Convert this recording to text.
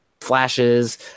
flashes